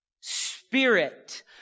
spirit